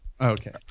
Okay